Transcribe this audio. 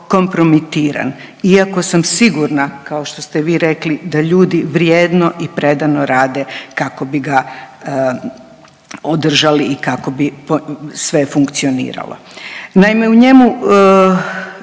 kompromitiran, iako sam sigurna kao što ste vi rekli da ljudi vrijedno i predano rade kako bi ga održali i kako bi sve funkcioniralo. Naime, u njemu